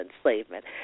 enslavement